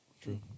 True